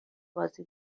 بازی